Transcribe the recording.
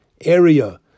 area